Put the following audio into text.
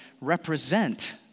represent